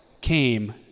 came